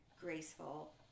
graceful